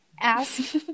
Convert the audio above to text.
ask